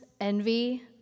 envy